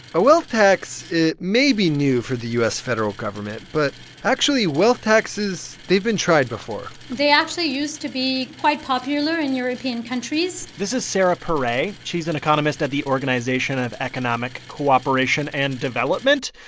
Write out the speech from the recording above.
a wealth tax it may be new for the u s. federal government. but actually, wealth taxes, they've been tried before they actually used to be quite popular in european countries this is sarah perret. she's an economist at the organization of economic cooperation and development,